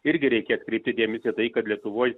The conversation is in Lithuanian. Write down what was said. irgi reikia kreipti dėmesį į tai kad lietuvoje